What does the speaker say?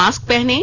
mask पहनें